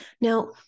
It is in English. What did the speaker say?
Now